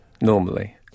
normally